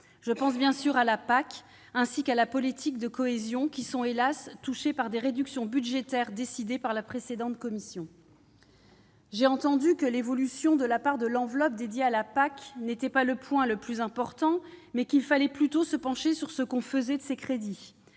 Je pense bien sûr à la PAC ainsi qu'à la politique de cohésion qui sont, hélas, touchées par des réductions budgétaires décidées par la précédente Commission. J'ai entendu que l'évolution de la part de l'enveloppe dédiée à la PAC n'était pas le point le plus important, mais qu'il fallait plutôt se pencher sur ce que l'on faisait des crédits.